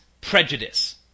prejudice